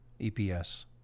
EPS